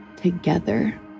together